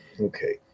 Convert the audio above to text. Okay